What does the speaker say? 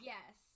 Yes